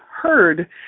heard